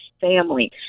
family